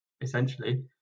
essentially